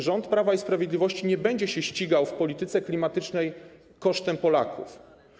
Rząd Prawa i Sprawiedliwości nie będzie się ścigał w polityce klimatycznej kosztem Polaków.